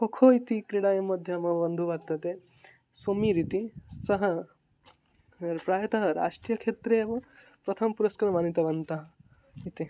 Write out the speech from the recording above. खो खो इति क्रीडायां मध्ये मम बन्धुः वर्तते सुमीरः इति सः प्रायतः राष्ट्रीयक्षेत्रे वा प्रथमं पुरस्कारम् आनीतवान् इति